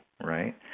Right